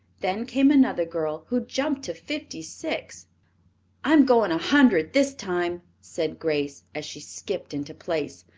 then came another girl who jumped to fifty-six. i'm going a hundred this time, said grace, as she skipped into place.